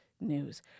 news